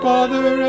Father